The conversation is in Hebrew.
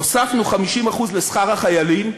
הוספנו 50% לשכר החיילים,